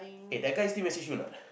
eh that guy still message you or not